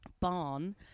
barn